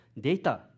data